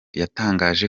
yatangaje